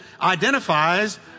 identifies